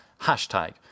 hashtag